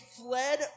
fled